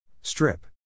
Strip